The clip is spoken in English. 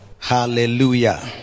Hallelujah